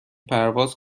پرواز